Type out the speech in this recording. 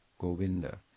Govinda